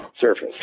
surface